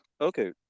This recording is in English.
okay